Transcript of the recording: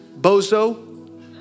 bozo